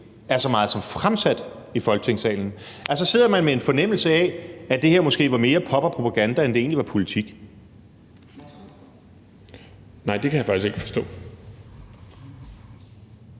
er så meget som fremsat i Folketingssalen, så sidder med en fornemmelse af, at det her måske var mere pop og propaganda, end det egentlig var politik? Kl. 17:30 Anden næstformand